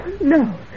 no